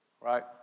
right